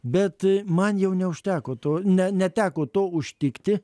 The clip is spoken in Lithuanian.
bet man jau neužteko to ne neteko to užtikti